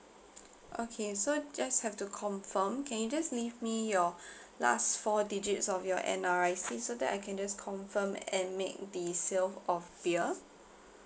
okay so just have to confirm can you just leave me your last four digits of your N_R_I_C so that I can just confirm and make the sale of beer